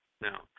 Now